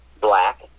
black